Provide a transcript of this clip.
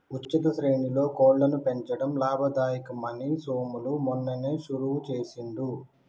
ఉచిత శ్రేణిలో కోళ్లను పెంచడం లాభదాయకం అని సోములు మొన్ననే షురువు చేసిండు